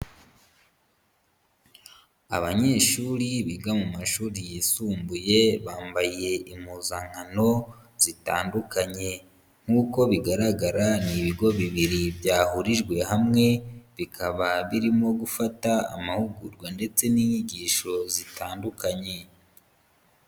Abanyeshuri biga mu mashuri yisumbuye, bambaye impuzankano zitandukanye. Nk'uko bigaragara ni ibigo bibiri byahurijwe hamwe, bikaba birimo gufata amahugurwa ndetse n'inyigisho zitandukanye.